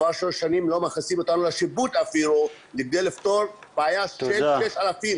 כבר שלוש שנים לא מכניסים אותנו לשיפוץ כדי לפתור בעיה של 6,000,